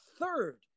third